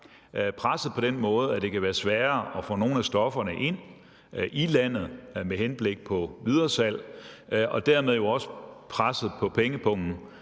pressede, fordi det kan være sværere at få nogle af stofferne ind i landet med henblik på videresalg, og at de dermed også er pressede på pengepungen